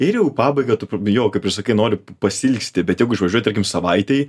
ir jau į pabaigą tu p jo kaip ir sakei noriu pasiilgsti bet jeigu išvažiuoji tarkim savaitei